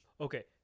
okay